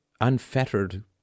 unfettered